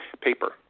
paper